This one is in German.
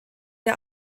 der